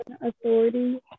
authority